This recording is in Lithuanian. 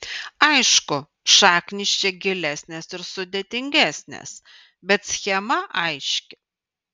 aišku šaknys čia gilesnės ir sudėtingesnės bet schema aiški